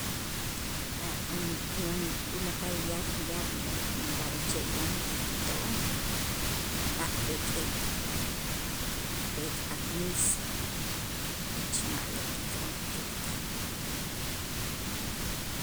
A' tulakal ya- yaab' inb'a'alche' yan ti kito'on a' pek'ej a' pek', ajmis jach ma'lo' kito'on tulakal.